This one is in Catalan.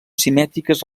simètriques